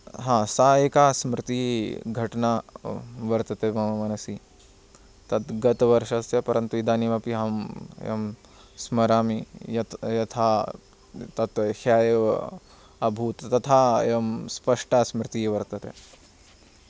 हा सा एका स्मृतिः घटना वर्तते मम मनसि तद्गत् वर्षस्य परन्तु इदानीमपि अहं एवं स्मरामि यत् यथा तत् ह्यः एव अभूत् तथा एवं स्पष्टा स्मृतिः वर्तते